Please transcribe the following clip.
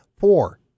four